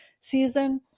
season